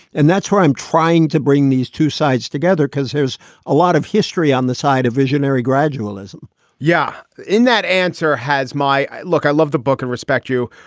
and that's where i'm trying to bring these two sides together, because there's a lot of history on the side of visionary gradualism yeah, in that answer has my look, i love the book in and respect you,